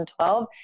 2012